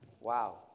Wow